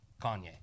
Kanye